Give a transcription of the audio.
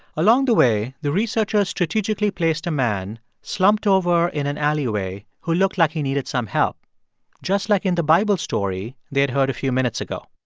along the way, the researcher strategically placed a man slumped over in an alleyway who looked like he needed some help just like in the bible story they had heard a few minutes ago.